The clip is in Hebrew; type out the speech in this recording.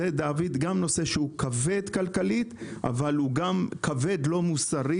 שהוא כבד כלכלית וגם לא מוסרי.